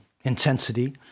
intensity